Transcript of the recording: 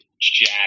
jack